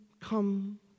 come